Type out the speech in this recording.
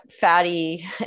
fatty